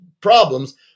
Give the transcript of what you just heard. problems